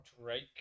Drake